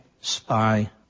spy